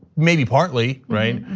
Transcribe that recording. maybe partly, right?